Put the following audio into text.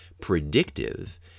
predictive